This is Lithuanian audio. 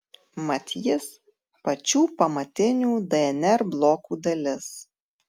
mat jis pačių pamatinių dnr blokų dalis